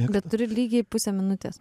bet turi lygiai pusę minutės